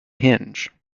hinge